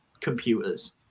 computers